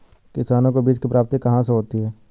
किसानों को बीज की प्राप्ति कहाँ से होती है?